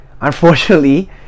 unfortunately